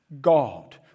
God